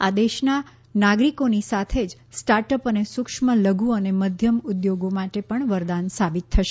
આ દેશના નાગરિકોની સાથે જ સ્ટાર્ટઅપ અને સૂક્ષ્મ લધુ અને મધ્યમ ઉદ્યોગો માટે પણ વરદાન સાબિત થશે